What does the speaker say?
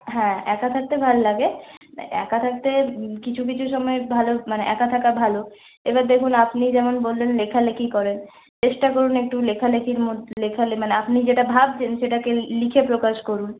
হ্যাঁ একা থাকতে ভালো লাগে একা থাকতে কিছু কিছু সময় ভালো মানে একা থাকা ভালো এবার দেখুন আপনি যেমন বলেন লেখা লেখি করেন চেষ্টা করুন একটু লেখালেখির মধ্যে মানে আপনি যেটা ভাবছেন সেটাকে লিখে প্রকাশ করুন